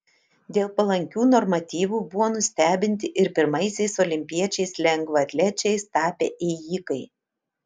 dėl palankių normatyvų buvo nustebinti ir pirmaisiais olimpiečiais lengvaatlečiais tapę ėjikai